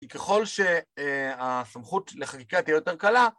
כי ככל שהסמכות לחקיקה תהיה יותר קלה